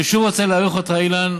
אני שוב רוצה להעריך אותך, אילן.